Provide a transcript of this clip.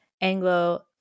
Anglo